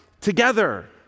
together